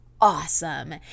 awesome